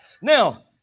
now